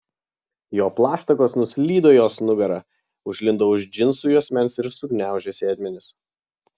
jo plaštakos nuslydo jos nugara užlindo už džinsų juosmens ir sugniaužė sėdmenis